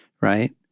right